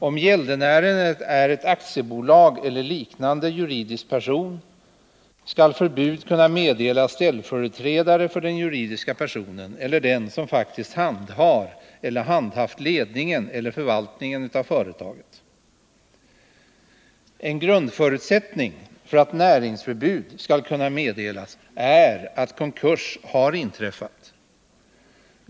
Om gäldenären är ett aktiebolag eller liknande juridisk person, skall förbud kunna meddelas ställföreträdare för den juridiska personen eller den som faktiskt handhar eller handhaft ledningen eller förvaltningen av företaget. En grundförutsättning för att näringsförbud skall kunna meddelas är att konkurs har inträffat.